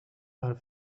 are